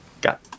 Got